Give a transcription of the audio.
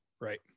Right